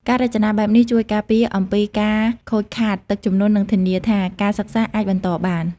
ការរចនាបែបនេះជួយការពារអគារពីការខូចខាតទឹកជំនន់ និងធានាថាការសិក្សាអាចបន្តបាន។